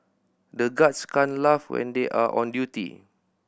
the guards can't laugh when they are on duty